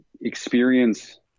experience